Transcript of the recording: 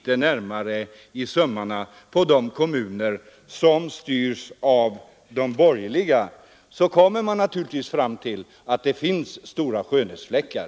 Ty om man granskar de kommuner som styrs av de borgerliga litet närmare i sömmarna, finner man naturligtvis att de har stora skönhetsfläckar.